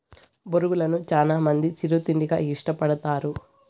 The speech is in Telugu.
బొరుగులను చానా మంది చిరు తిండిగా ఇష్టపడతారు